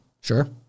Sure